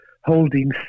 holding